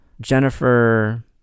Jennifer